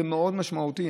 זה מאוד משמעותי,